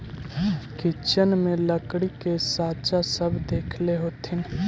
kitchen में लकड़ी के साँचा सब देखले होथिन